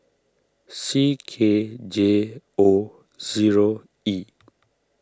C K J O zero E